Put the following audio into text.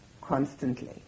constantly